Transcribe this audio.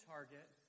Target